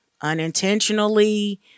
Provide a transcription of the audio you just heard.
unintentionally